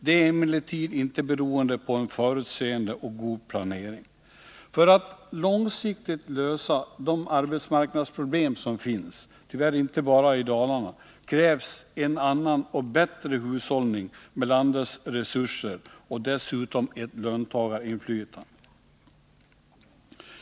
Det är emellertid inte beroende på en förutseende och god planering. För att långsiktigt lösa de arbetsmarknadsproblem som finns, tyvärr inte bara i Dalarna, krävs en annan och bättre hushållning med landets resurser och dessutom ett löntagarinflytande.